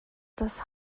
das